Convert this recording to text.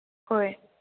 ꯍꯣꯏ